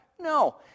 No